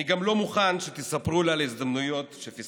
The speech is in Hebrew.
אני גם לא מוכן שתספרו לי על הזדמנויות שפספסתם.